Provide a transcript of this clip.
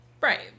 Right